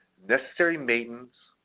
necessary maintenance,